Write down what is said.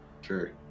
Sure